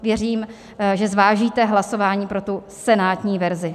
Věřím, že zvážíte hlasování pro senátní verzi.